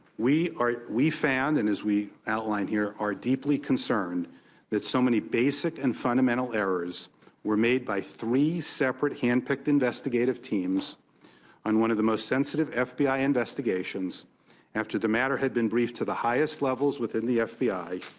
we found and as we outline here are deeply concerned that so many basic and fundamental errors were made by three separate handpicked investigative teams on one of the most sensitive f b i. investigations after the matter had been briefed to the highest levels within the f b i.